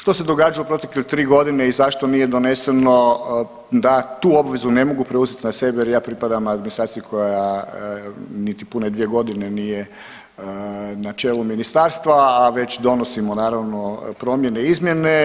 Što se događalo u protekle 3.g. i zašto nije doneseno, da tu obvezu ne mogu preuzet na sebe jer ja pripadam administraciji koja niti pune 2.g. nije na čelu ministarstva, a već donosimo naravno promjene i izmjene.